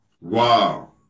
Wow